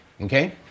Okay